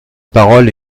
parole